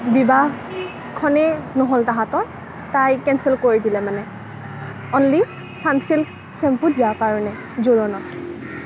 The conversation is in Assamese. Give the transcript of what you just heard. বিবাহখনেই নহ'ল তাহাঁতৰ তাই কেন্সেল কৰি দিলে মানে অ'নলি চানছিল্ক চেম্পু দিয়াৰ কাৰণে জোৰণত